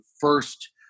first